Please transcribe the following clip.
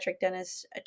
dentist